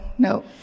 No